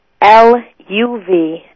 L-U-V